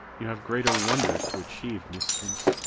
you have greater wonders to achieve, miss prince,